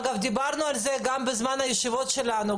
אגב דיברנו על זה גם בישיבות שלנו,